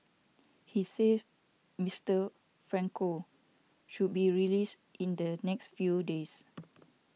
he said Mister Franco should be released in the next few days